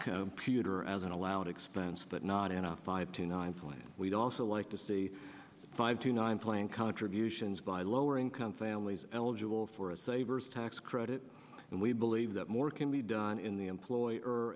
puter as an allowed expense but not in a five to nine plan we'd also like to see a five to nine plan contributions by lower income families eligible for a savers tax credit and we believe that more can be done in the employer